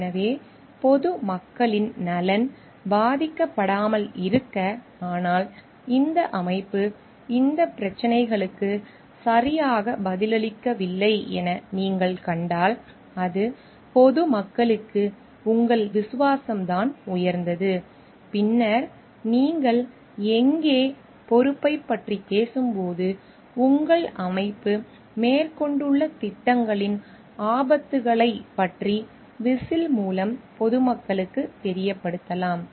எனவே பொது மக்களின் நலன் பாதிக்கப்படாமல் இருக்க ஆனால் இந்த அமைப்பு இந்த பிரச்சினைகளுக்கு சரியாக பதிலளிக்கவில்லை என நீங்கள் கண்டால் அது பொது மக்களுக்கு உங்கள் விசுவாசம் தான் உயர்ந்தது பின்னர் நீங்கள் எங்கே நீங்கள் பொறுப்பைப் பற்றி பேசும்போது உங்கள் அமைப்பு மேற்கொண்டுள்ள திட்டங்களின் ஆபத்துகளைப் பற்றி விசில் மூலம் பொதுமக்களுக்குத் தெரியப்படுத்தலாம்